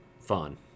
fun